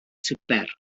swper